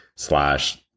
slash